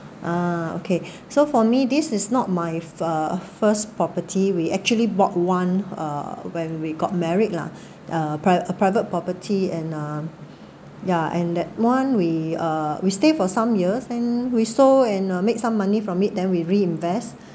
uh okay so for me this is not my uh first property we actually bought one uh when we got married lah uh priv~ a private property and uh yeah and that one we uh we stay for some years and we sold and make some money from it then we re-invest